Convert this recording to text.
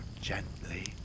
gently